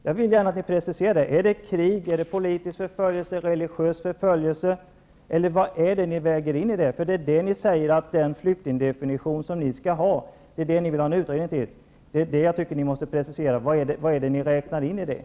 Jag vill gärna ha en precisering: Är det krig, politisk förföljelse, religiös förföljelse eller vad är det som ni menar? Vad ingår i er flyktingdefinition som ni vill ha en utredning om?